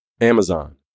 Amazon